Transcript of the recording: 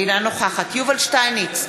אינה נוכחת יובל שטייניץ,